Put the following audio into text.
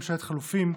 ממשלת חילופים).